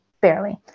barely